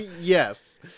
Yes